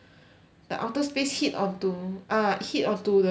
the outer space hit onto ah hit onto the